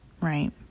right